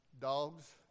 Dogs